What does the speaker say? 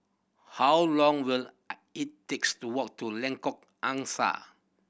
how long will it takes to walk to Lengkok Angsa